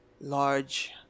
large